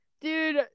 Dude